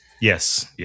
Yes